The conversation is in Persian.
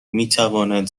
میتواند